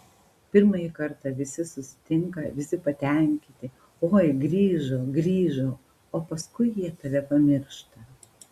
pirmąjį kartą visi susitinka visi patenkinti oi grįžo grįžo o paskui jie tave pamiršta